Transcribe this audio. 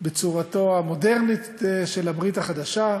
בצורתו המודרנית, הברית החדשה,